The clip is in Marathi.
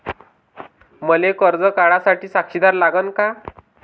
मले कर्ज काढा साठी साक्षीदार लागन का?